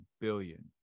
billion